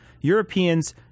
Europeans